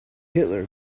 hitler